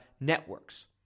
networks